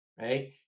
Right